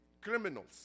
criminals